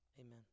Amen